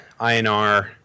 INR